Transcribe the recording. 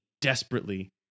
desperately